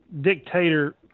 Dictator